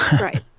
Right